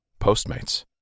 Postmates